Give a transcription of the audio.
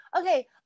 okay